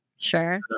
Sure